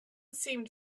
seemed